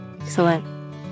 Excellent